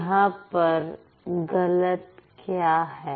यहां पर गलत क्या है